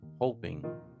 hoping